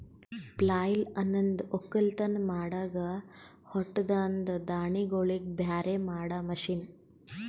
ಪ್ಲಾಯ್ಲ್ ಅನಂದ್ ಒಕ್ಕಲತನ್ ಮಾಡಾಗ ಹೊಟ್ಟದಾಂದ ದಾಣಿಗೋಳಿಗ್ ಬ್ಯಾರೆ ಮಾಡಾ ಮಷೀನ್